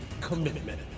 commitment